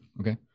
Okay